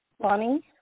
Bonnie